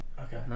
Okay